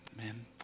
Amen